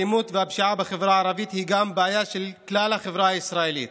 האלימות והפשיעה בחברה הערבית הן גם בעיה של כלל החברה הישראלית,